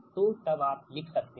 तो अब आप लिख सकते हैं